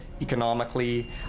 economically